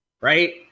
right